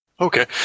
Okay